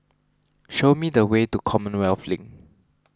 show me the way to Commonwealth Link